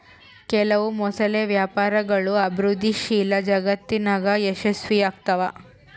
ಕೆಲವು ಮೊಸಳೆ ವ್ಯಾಪಾರಗಳು ಅಭಿವೃದ್ಧಿಶೀಲ ಜಗತ್ತಿನಾಗ ಯಶಸ್ವಿಯಾಗ್ತವ